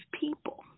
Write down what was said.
people